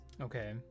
Okay